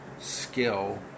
skill